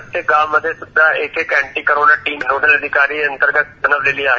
प्रत्येक गावामध्ये सुद्धा एक एक अंटी कोरोना टिम नोडल अधिकारी अंतर्गत बनवलेली आहे